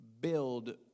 Build